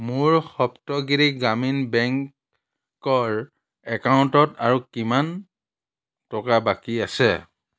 মোৰ সপ্তগিৰি গ্ৰামীণ বেংকৰ একাউণ্টত আৰু কিমান টকা বাকী আছে